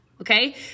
okay